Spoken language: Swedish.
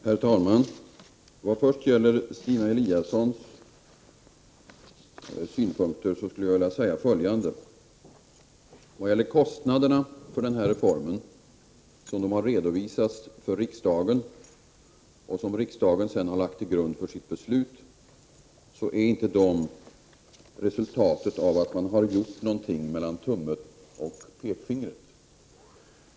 Herr talman! Vad först gäller Stina Eliassons synpunkter vill jag säga följande. Beräkningarna av kostnaderna för den här reformen, som har redovisats för riksdagen och som riksdagen sedan har lagt till grund för sitt beslut, är inte resultatet av att man har gjort någonting mellan tummen och pekfingret.